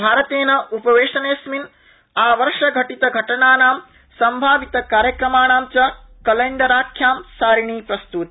भारतदेशेन उपवेशनेऽस्मिन आवर्षघटितघटनानां संभावितकार्यक्रमाणां च कलैण्डराख्या सारिणी प्रस्तुता